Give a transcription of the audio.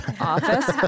office